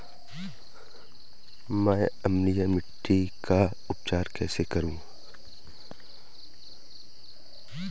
मैं अम्लीय मिट्टी का उपचार कैसे करूं?